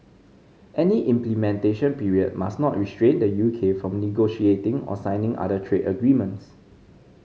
any implementation period must not restrain the U K from negotiating or signing other trade agreements